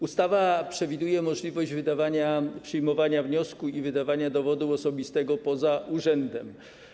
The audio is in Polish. Ustawa przewiduje możliwość przyjmowania wniosku i wydawania dowodu osobistego poza urzędem.